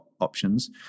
options